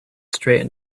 straight